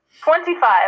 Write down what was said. Twenty-five